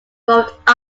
wrought